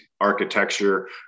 architecture